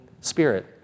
spirit